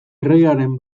erregearen